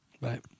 Bye